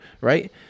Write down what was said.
right